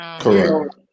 Correct